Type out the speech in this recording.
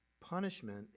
punishment